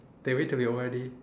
they wait till we O_R_D